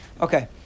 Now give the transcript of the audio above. Okay